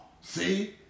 see